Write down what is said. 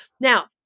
Now